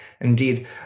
Indeed